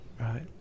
Right